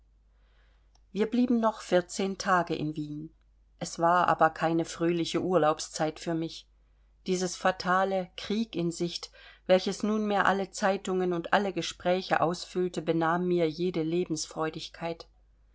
wir blieben noch vierzehn tage in wien es war aber keine fröhliche urlaubszeit für mich dieses fatale krieg in sicht welches nunmehr alle zeitungen und alle gespräche ausfüllte benahm mir jede